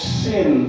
sin